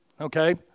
okay